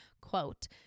quote